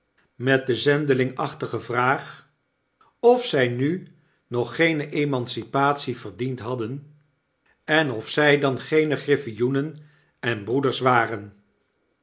met de zendelingachtige vraag of zy nu nog geene emancipatie verdiend hadden en of zy dan geene griffioenen en broeders waren